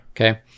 Okay